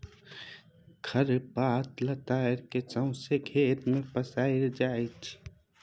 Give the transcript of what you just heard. खर पात लतरि केँ सौंसे खेत मे पसरि जाइ छै